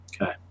Okay